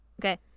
Okay